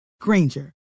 Granger